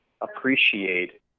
appreciate